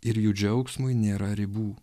ir jų džiaugsmui nėra ribų